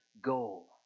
goal